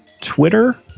Twitter